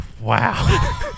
Wow